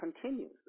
continues